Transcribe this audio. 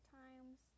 times